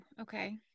Okay